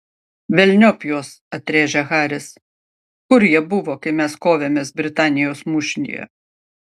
velniop juos atrėžė haris kur jie buvo kai mes kovėmės britanijos mūšyje